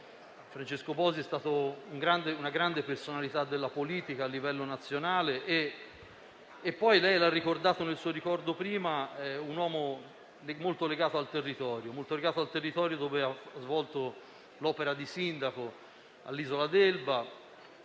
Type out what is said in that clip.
Francesco Bosi è stato una grande personalità della politica a livello nazionale e - lei l'ha ricordato prima, Presidente - un uomo molto legato al territorio dove ha svolto l'opera di sindaco, all'isola d'Elba,